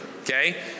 okay